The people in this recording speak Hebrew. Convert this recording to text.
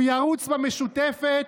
הוא ירוץ במשותפת,